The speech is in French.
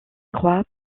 croix